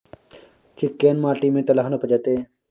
चिक्कैन माटी में तेलहन उपजतै?